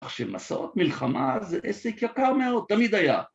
אך שמסעות מלחמה זה עסק יקר מאוד, תמיד היה